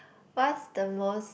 what's the most